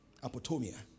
Apotomia